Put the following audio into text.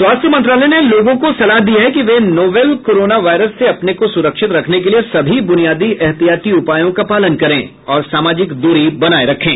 स्वास्थ्य मंत्रालय ने लोगों को सलाह दी है कि वे नोवल कोरोना वायरस से अपने को सुरक्षित रखने के लिए सभी ब्रनियादी एहतियाती उपायों का पालन करें और सामाजिक दूरी बनाए रखें